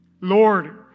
Lord